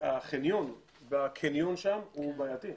החניון והקניון שם הוא בעייתי.